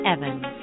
Evans